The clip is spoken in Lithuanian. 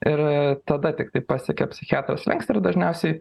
ir tada tiktai pasiekia psichiatro slenkstį ir dažniausiai